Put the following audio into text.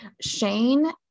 Shane